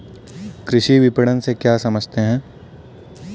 कृषि विपणन से क्या समझते हैं?